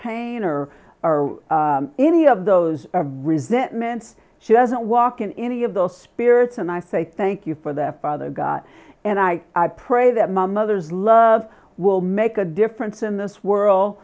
or any of those of resentments she doesn't walk in any of those spirits and i say thank you for their father god and i i pray that my mother's love will make a difference in this world